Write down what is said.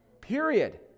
Period